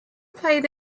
played